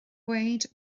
dweud